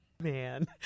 man